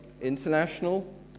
International